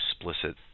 explicit